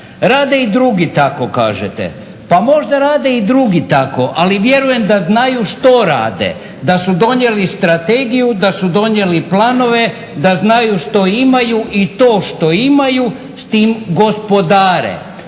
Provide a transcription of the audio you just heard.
Rade i drugi tako, kažete. Pa možda rade i drugi tako, ali vjerujem da znaju što rade, da su donijeli strategiju, da su donijeli planove, da znaju što imaju i to što imaju s tim gospodare,